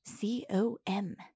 C-O-M